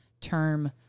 term